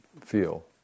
feel